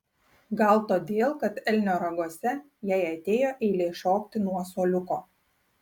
gal todėl kad elnio raguose jai atėjo eilė šokti nuo suoliuko